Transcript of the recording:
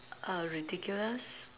err ridiculous